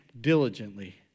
diligently